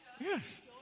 Yes